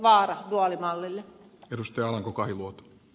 tämä ei ole vaara duaalimallille